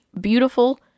beautiful